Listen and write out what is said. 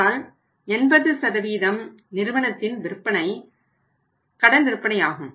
ஆனால் 80 நிறுவனத்தின் விற்பனை கடன் விற்பனை ஆகும்